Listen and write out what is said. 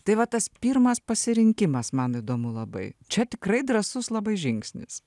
tai va tas pirmas pasirinkimas man įdomu labai čia tikrai drąsus labai žingsnis